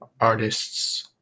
artists